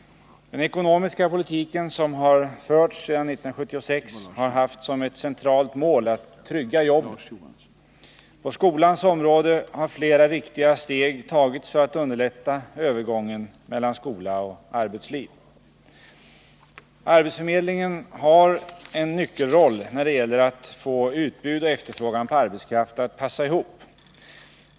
Den ekonomiska politik som har förts sedan 1976 har haft som ett centralt mål att trygga jobben. På skolans område har flera viktiga steg tagits för att underlätta övergången mellan skola och arbetsliv. Arbetsförmedlingen har en nyckelroll när det gäller att få utbud och efter:rågan på arbetskraft att passa ihop.